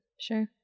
Sure